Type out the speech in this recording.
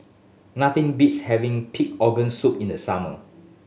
nothing beats having pig organ soup in the summer